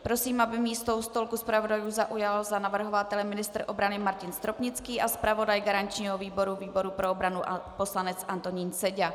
Prosím, aby místo u stolku zpravodajů zaujal za navrhovatele ministr obrany Martin Stropnický a zpravodaj garančního výboru výboru pro obranu poslanec Antonín Seďa.